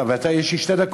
אבל יש לי שתי דקות